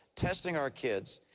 testing our kids,